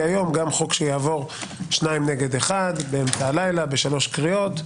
היום גם חוק שיעבור 2 נגד 1 באמצע הלילה בשלוש קריאות,